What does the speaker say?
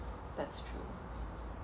that's true